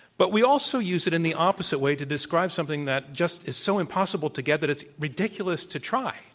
but we also use it in the opposite way to describe something that just is so impossible to get that it's ridiculous to try.